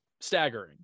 staggering